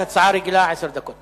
ובכן, ההצעה הועברה לוועדת הכספים.